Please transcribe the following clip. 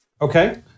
Okay